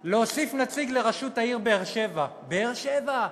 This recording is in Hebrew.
להוסיף נציג, ראש העיר באר-שבע, באר-שבע,